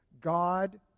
God